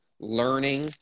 learning